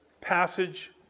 passage